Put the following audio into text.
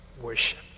worship